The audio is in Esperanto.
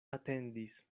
atendis